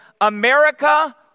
America